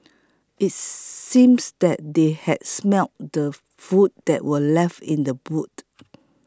it seems that they had smelt the food that were left in the boot